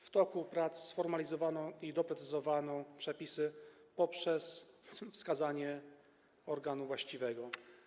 W toku prac sformalizowano i doprecyzowano przepisy poprzez wskazanie organu właściwego.